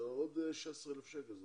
זה עוד 16,000 שקל,